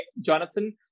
Jonathan